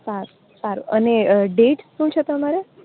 સારું સારું અને ડેટ શું છે તમારે